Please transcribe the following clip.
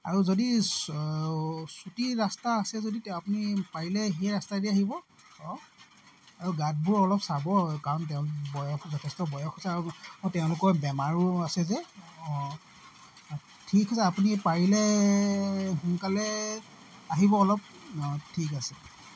আৰু যদি চুটি ৰাস্তা আছে যদি আপুনি পাৰিলে সেই ৰাস্তাইদি আহিব অঁ আৰু গাঁতবোৰ অলপ চাব কাৰণ তেওঁ বয়স যথেষ্ট বয়স হৈছে আৰু তেওঁলোকৰ বেমাৰো আছে যে অঁ ঠিক আছে আপুনি পাৰিলে সোনকালে আহিব অলপ অঁ ঠিক আছে